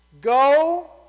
Go